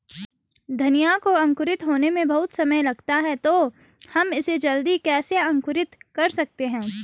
धनिया को अंकुरित होने में बहुत समय लगता है तो हम इसे जल्दी कैसे अंकुरित कर सकते हैं?